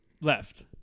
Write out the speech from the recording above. left